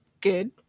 good